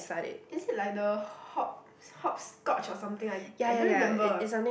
is it like the hop hopscotch or something I I don't remember